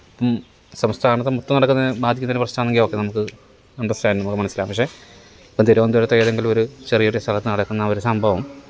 അപ്പം സംസ്ഥാനത്ത് മൊത്തം നടക്കുന്ന മാധ്യമത്തിന്റെ പ്രശ്നവാണെങ്കില് ഓക്കേ നമുക്ക് അണ്ടര്സ്റ്റാന്ഡ് അത് മനസിലാവും പക്ഷെ ഇപ്പം തിരുവന്തപുരത്തെ ഏതെങ്കിലൊര് ചെറിയൊരു സ്ഥലത്ത് നടക്കുന്ന ഒര് സംഭവം